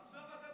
עכשיו אתה,